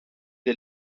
der